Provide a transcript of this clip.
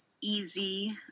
easy